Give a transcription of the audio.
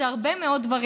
זה הרבה מאוד דברים.